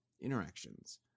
Interactions